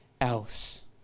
else